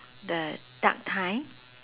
the duck thigh